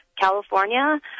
California